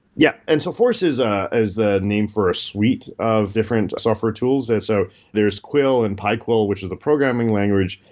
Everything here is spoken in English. yeah. and so forest is ah is the name for a suite of different software tools. and so there is quil and pyquil, which is the programming language.